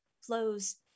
flows